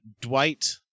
Dwight